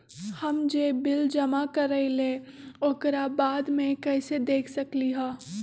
हम जे बिल जमा करईले ओकरा बाद में कैसे देख सकलि ह?